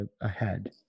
ahead